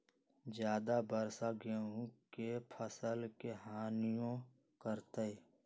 ज्यादा वर्षा गेंहू के फसल के हानियों करतै?